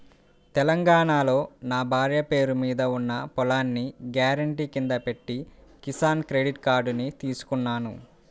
తెలంగాణాలో నా భార్య పేరు మీద ఉన్న పొలాన్ని గ్యారెంటీ కింద పెట్టి కిసాన్ క్రెడిట్ కార్డుని తీసుకున్నాను